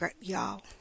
Y'all